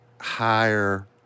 higher